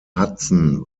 hudson